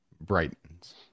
brightens